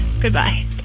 Goodbye